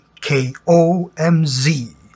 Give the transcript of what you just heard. KOMZ